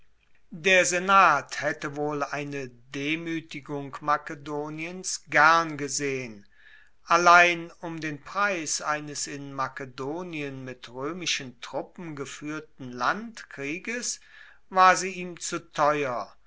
der senat haette wohl eine demuetigung makedoniens gern gesehen allein um den preis eines in makedonien mit roemischen truppen gefuehrten landkrieges war sie ihm zu teuer